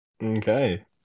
Okay